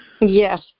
yes